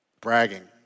Bragging